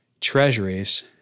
treasuries